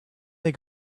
they